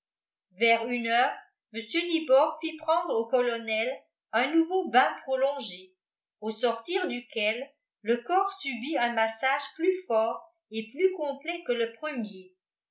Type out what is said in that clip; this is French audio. vers une heure mr nibor fit prendre au colonel un nouveau bain prolongé au sortir duquel le corps subit un massage plus fort et plus complet que le premier